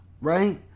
right